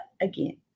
again